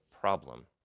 problem